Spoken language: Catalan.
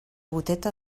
goteta